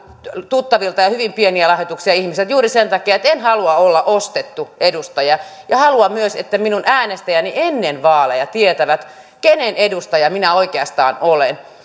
tuttavilta ja hyvin pieniä lahjoituksia ihmisiltä juuri sen takia että en halua olla ostettu edustaja haluan myös että minun äänestäjäni ennen vaaleja tietävät kenen edustaja minä oikeastaan olen